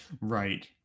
right